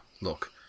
Look